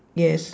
yes